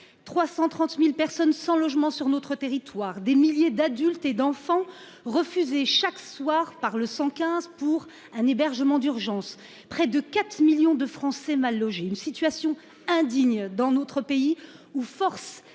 330 000 personnes sans logement sur notre territoire, des milliers d'adultes et d'enfants refusés chaque soir par le 115 pour un hébergement d'urgence, près de 4 millions de Français mal logés ... Cette situation est indigne dans notre pays, où, force